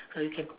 so you can